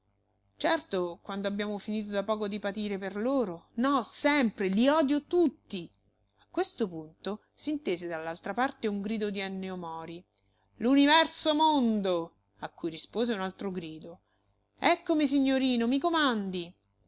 certo quando abbiamo finito da poco di patire per loro no sempre i odio tutti a questo punto s'intese dall'altra parte un grido di ennio mori l'universo mondo a cui rispose un altro grido eccomi signorino i comandi